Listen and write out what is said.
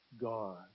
God